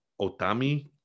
Otami